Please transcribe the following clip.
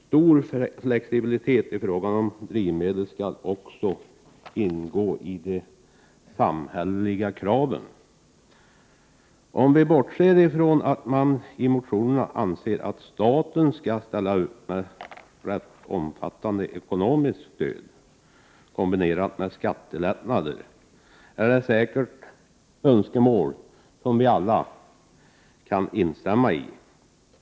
Stor flexibilitet i fråga om drivmedel skall också ingå i de samhälleliga kraven. Om vi bortser från att man i motionerna anser att staten skall ställa upp med ett ganska omfattande ekonomiskt stöd kombinerat med skattelättnader, är det säkert önskemål som vi alla kan instämma i.